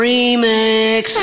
Remix